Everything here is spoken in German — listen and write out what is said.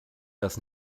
das